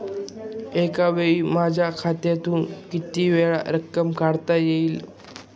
एकावेळी माझ्या खात्यातून कितीवेळा रक्कम काढता येईल?